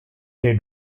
they